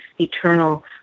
eternal